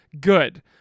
Good